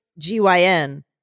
GYN